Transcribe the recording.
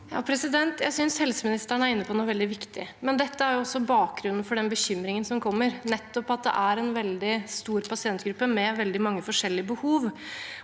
Jeg synes helsemi- nisteren er inne på noe veldig viktig. Det er også bakgrunnen for den bekymringen som kommer, nettopp at det er en veldig stor pasientgruppe med veldig mange ulike behov.